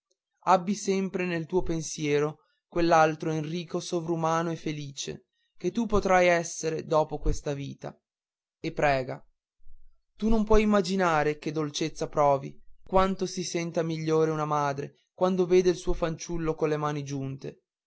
abbi sempre nel tuo pensiero quell'altro enrico sovrumano e felice che tu potrai essere dopo questa vita e prega tu non puoi immaginare che dolcezza provi quanto si senta migliore una madre quando vede il suo fanciullo con le mani giunte